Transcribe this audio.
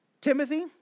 Timothy